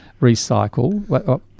recycle